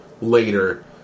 later